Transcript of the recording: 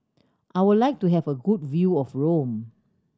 I would like to have a good view of Rome